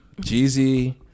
Jeezy